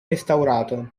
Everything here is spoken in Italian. restaurato